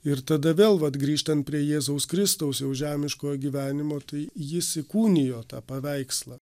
ir tada vėl vat grįžtant prie jėzaus kristaus žemiškojo gyvenimo tai jis įkūnijo tą paveikslą